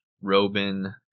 Robin